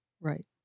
Right